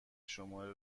شماره